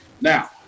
Now